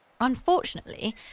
Unfortunately